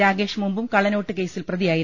രാകേഷ് മുമ്പും കള്ള നോട്ട് കേസിൽ പ്രതിയായിരുന്നു